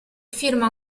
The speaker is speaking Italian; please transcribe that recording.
firma